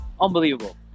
Unbelievable